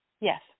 yes